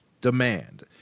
demand